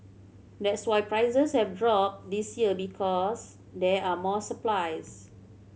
that's why prices have dropped this year because there are more supplies